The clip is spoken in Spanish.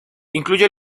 incluye